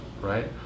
right